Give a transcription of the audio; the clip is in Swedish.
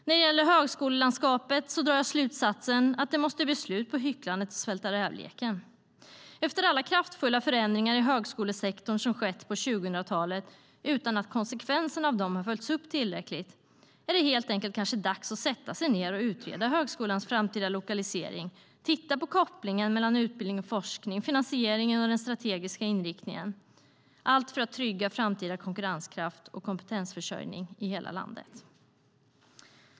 När det gäller högskolelandskapet drar jag slutsatsen att det måste bli slut på hycklandet och svälta räv-leken. Efter alla kraftfulla förändringar i högskolesektorn som skett på 2000-talet utan att konsekvenserna av dem har följts upp tillräckligt är det helt enkel kanske dags att sätta sig ned och utreda högskolans framtida lokalisering, titta på kopplingen mellan utbildning och forskning, finansieringen och den strategiska inriktningen för att trygga framtida konkurrenskraft och kompetensförsörjning i hela landet.